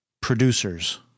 producers